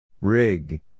Rig